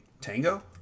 Tango